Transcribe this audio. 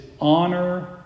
honor